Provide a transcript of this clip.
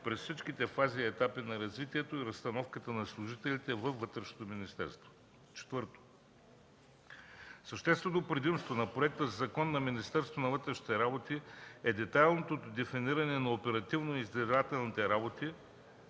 през всичките фази и етапи на развитието и разстановката на служителите във Вътрешното министерство. Четвърто, съществено предимство на Законопроекта за Министерството на вътрешните работи е детайлното дефиниране на оперативно-издирвателните работи